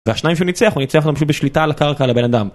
והשניים שהוא ניצח הוא ניצח אותם פשוט בשליטה על הקרקע על הבן אדם.